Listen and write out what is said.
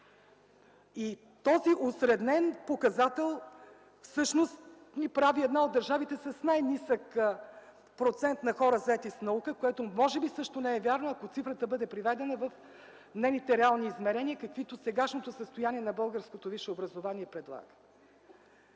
Този осреднен показател всъщност ни прави една от държавите с най-нисък процент на хора, заети с наука, което може би също не е вярно, ако цифрата бъде приведена в нейните реални измерения, каквито сегашното състояние на българското висше образование предлага.